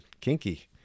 kinky